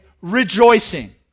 rejoicing